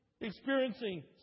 experiencing